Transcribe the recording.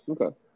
Okay